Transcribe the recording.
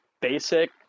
basic